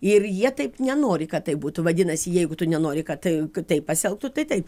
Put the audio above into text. ir jie taip nenori kad taip būtų vadinasi jeigu tu nenori kad tai kad taip pasielgtų tai taip